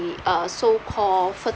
the uh so call fertilizer